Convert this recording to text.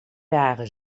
dagen